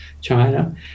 China